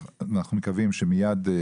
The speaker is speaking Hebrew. אנחנו מקווים שמיד לאחר מכן,